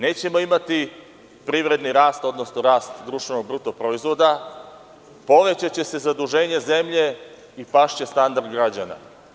Nećemo imati privredni rast, odnosno rast društvenog bruto proizvoda, povećaće se zaduženje zemlje i pašće standard građana.